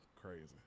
crazy